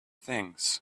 things